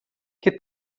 que